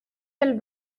del